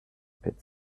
pits